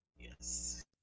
Yes